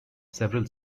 several